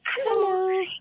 Hello